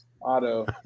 auto